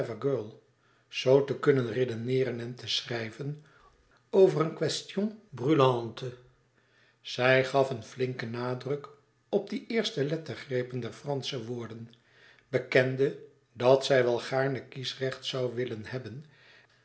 te kunnen redeneeren en te schrijven over een quèstion brùlante zij gaf een flinken nadruk op de eerste lettergrepen der fransche woorden bekende dat zij wel gaarne kiesrecht zoû willen hebben